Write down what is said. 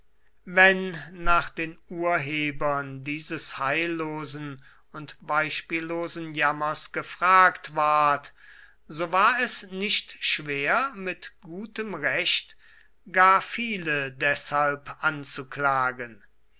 wenn nach den urhebern dieses heillosen und beispiellosen jammers gefragt ward so war es nicht schwer mit gutem recht gar viele deshalb anzuklagen